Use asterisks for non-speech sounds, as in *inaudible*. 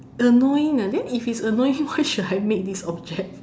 annoying ah then if it's annoying why should I make this object *laughs*